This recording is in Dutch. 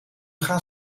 gaan